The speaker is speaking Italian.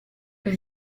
che